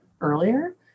earlier